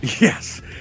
Yes